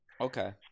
Okay